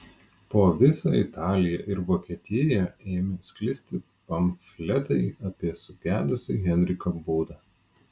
po visą italiją ir vokietiją ėmė sklisti pamfletai apie sugedusį henriko būdą